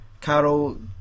Carol